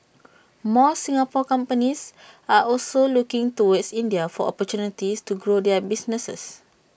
more Singapore companies are also looking towards India for opportunities to grow their businesses